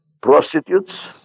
prostitutes